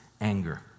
anger